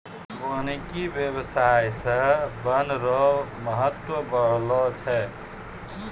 वानिकी व्याबसाय से वन रो महत्व बढ़लो छै